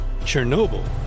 Chernobyl